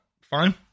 Fine